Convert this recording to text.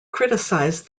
criticize